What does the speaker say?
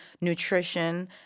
nutrition